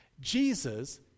Jesus